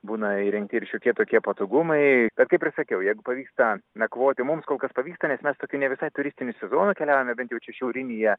būna įrengti ir šiokie tokie patogumai bet kaip ir sakiau jeigu pavyksta nakvoti mums kol kas pavyksta nes mes tokiu ne visai turistiniu sezonu keliaujame bet jau čia šiaurinėje